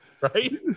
Right